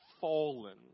fallen